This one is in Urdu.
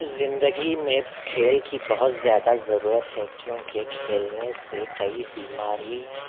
زندگی میں کھیل کی بہت زیادہ ضرورت ہے کیوں کہ کھیلنے سے کئی بیماری